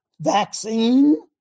vaccine